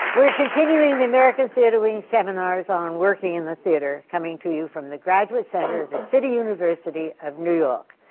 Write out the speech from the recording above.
continuing the american theatre wing seminars on working in the theatre, coming to you from the graduate center of the city university of new york.